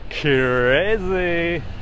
CRAZY